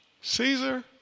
Caesar